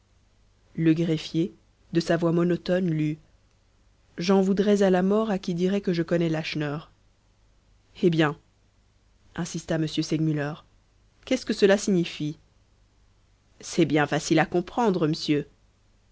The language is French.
le greffier de sa voix monotone lut j'en voudrais à la mort à qui dirait que je connais lacheneur eh bien insista m segmuller qu'est-ce que cela signifie c'est bien facile à comprendre m'sieu